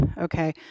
Okay